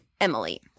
Emily